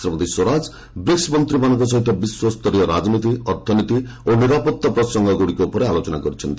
Shrimati Swaraj BRICS ମନ୍ତ୍ରୀମାନଙ୍କ ସହ ବିଶ୍ୱସ୍ତରୀୟ ରାଜନୀତି ଅର୍ଥନୀତି ଓ ନିରାପତ୍ତା ପ୍ରସଙ୍ଗଗ୍ରଡ଼ିକ ଉପରେ ଆଲୋଚନା କରିଛନ୍ତି